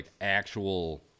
actual